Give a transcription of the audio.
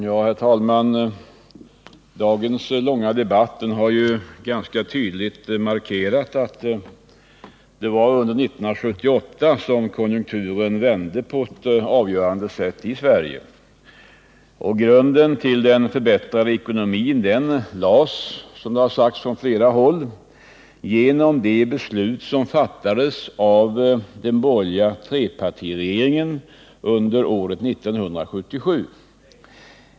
Herr talman! Dagens långa debatt har ganska tydligt markerat att det var under 1978 som konjunkturen vände på ett avgörande sätt i Sverige. Grunden till den förbättrade ekonomin lades som det sagts från flera håll genom de beslut som fattades av den borgerliga trepartiregeringen under 1977.